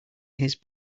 his